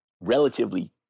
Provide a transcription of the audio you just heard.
relatively